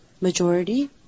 majority